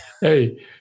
Hey